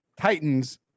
Titans